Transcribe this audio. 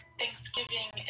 Thanksgiving